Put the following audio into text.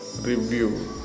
review